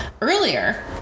earlier